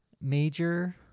major